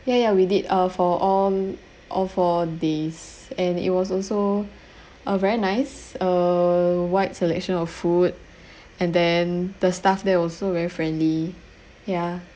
ya ya we did uh for all all four days and it was also a very nice uh wide selection of food and then the staff there also very friendly ya